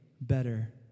better